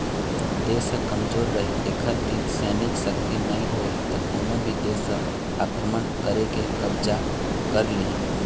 देश ह कमजोर रहि एखर तीर सैनिक सक्ति नइ होही त कोनो भी देस ह आक्रमण करके कब्जा कर लिहि